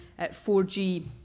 4G